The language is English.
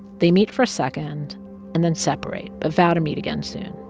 they meet for a second and then separate a vow to meet again soon.